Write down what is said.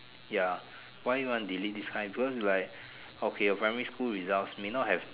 ya why you want to delete this kind because like okay your primary school results may not have